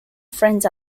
friends